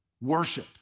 worship